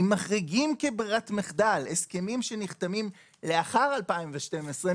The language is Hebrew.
מחריגים כברירת מחדל הסכמים שנחתמים לאחר 2012,